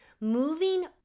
moving